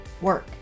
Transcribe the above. work